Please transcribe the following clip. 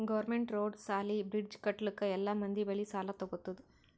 government road, ಸಾಲಿ, bridge ಕಟ್ಟಲುಕ್ ಎಲ್ಲಾ ಮಂದಿ ಬಲ್ಲಿ ಸಾಲಾ ತಗೊತ್ತುದ್